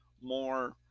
more